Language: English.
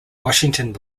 washington